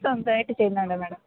സ്വന്തമായിട്ട് ചെയ്യുന്നുണ്ട് മാഡം